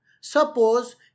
Suppose